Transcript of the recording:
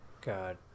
God